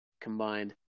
combined